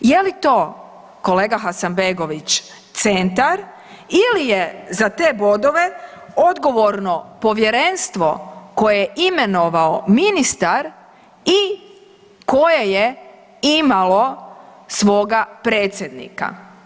Je li to kolega Hasanbegović centar ili je za te bodove odgovorno povjerenstvo koje je imenovao ministar i koje je imalo svoga predsjednika.